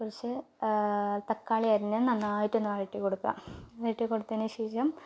കുറച്ച് തക്കാളി അരിഞ്ഞത് നന്നായിട്ടൊന്ന് വഴറ്റി കൊടുക്കുക വഴറ്റി കൊടുത്തതിന് ശേഷം